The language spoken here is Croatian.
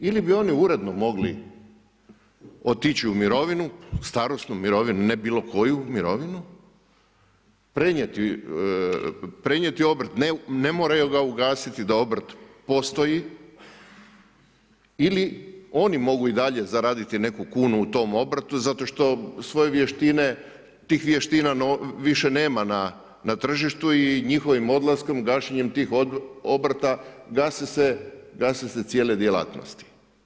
Ili bi oni uredno mogli otići u mirovinu, starosnu mirovinu ne bilo koju mirovinu, prenijeti obrt, ne moraju ga ugasiti da obrt postoji ili oni mogu i dalje zaraditi neku kunu u tom obrtu zato što svoje vještine, tih vještina više nema na tržištu i njihovim odlaskom, gašenjem tih obrta gase se cijele djelatnosti.